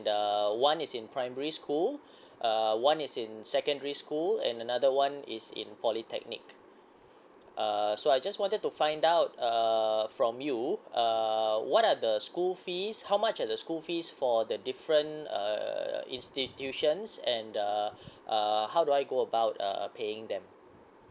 the one is in primary school uh one is in secondary school and another one is in polytechnic err so I just wanted to find out err from you err what are the school fees how much at the school fees for the different uh institutions and uh uh how do I go about uh paying them